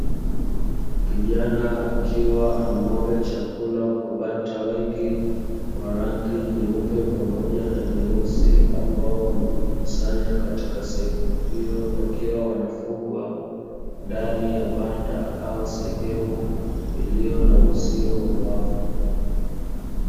Kijana akiwa anamwaga chakula kwa bata wengi wa rangi nyeupe pamoja na nyeusi, ambao wamejikusanya katika sehemu hiyo wakiwa wanaofugwa, ndani ya banda au sehemu iliyo na uzio wa wavu.